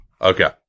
Okay